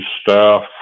staff